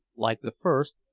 like the first,